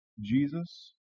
jesus